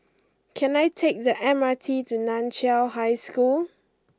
can I take the M R T to Nan Chiau High School